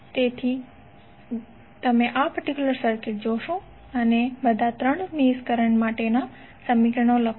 તેથી જો તમે આ પર્ટિક્યુલર સર્કિટ જોશો અને બધા 3 મેશ કરંટ માટેનાં સમીકરણો લખો